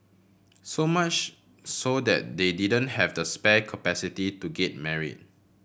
so much so that they didn't have the spare capacity to get married